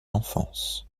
enfance